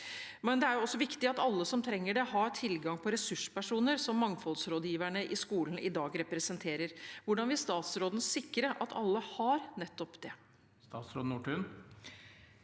Men det er også viktig at alle som trenger det, har tilgang på ressurspersoner, som mangfoldsrådgiverne i skolen i dag representerer. Hvordan vil statsråden sikre at alle har nettopp det? Statsråd Kari